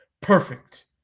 Perfect